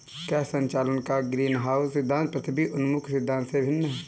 क्या संचालन का ग्रीनहाउस सिद्धांत पृथ्वी उन्मुख सिद्धांत से भिन्न है?